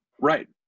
Right